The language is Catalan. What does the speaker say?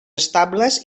estables